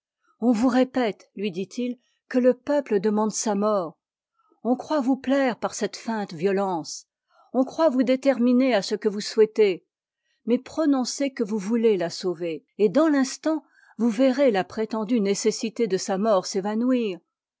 on vous répète lui dit-il que le peuple de mande sa mort on croit vous plaire par cette feinte violence on croit vous déterminer à ce que vous souhaitez mais prononcez que vous voulez la sauver et dans l'instant vous verrez la prétendue nécessité de sa mort s'évanouir